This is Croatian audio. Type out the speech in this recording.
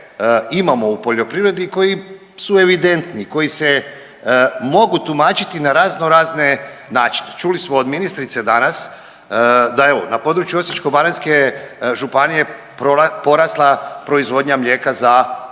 imamo u poljoprivredi i koji su evidentni, koji se mogu tumačiti na razno razne načine. Čuli smo od ministrice danas, da evo na području Osječko-baranjske županije porasla proizvodnja mlijeka za 2%.